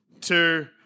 two